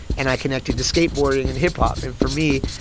and i connected to skateboarding and hip-hop. and for me,